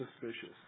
suspicious